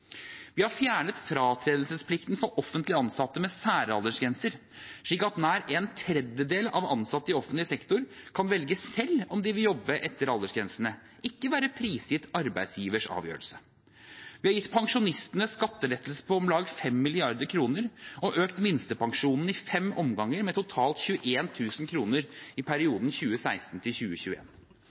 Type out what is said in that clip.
Vi har fjernet fratredelsesplikten for offentlig ansatte med særaldersgrenser, slik at nær en tredjedel av ansatte i offentlig sektor kan velge selv om de vil jobbe etter aldersgrensene, og ikke være prisgitt arbeidsgivers avgjørelse. Vi har gitt pensjonistene skattelettelser på om lag 5 mrd. kr og økt minstepensjonen i fem omganger med totalt kr 21 000 kr i perioden